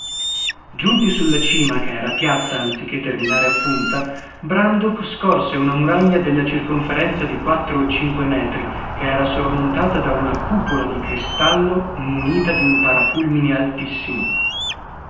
giunti sulla cima che era piatta anziché terminare a punta brandok scorse una muraglia della circonferenza di quattro o cinque metri che era sormontata da una cupola di cristallo munita di un parafulmine altissimo